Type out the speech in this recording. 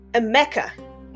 mecca